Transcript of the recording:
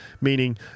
Meaning